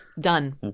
Done